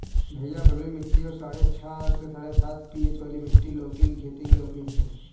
भैया बलुई मिट्टी और साढ़े छह से साढ़े सात पी.एच वाली मिट्टी लौकी की खेती के लिए उपयुक्त है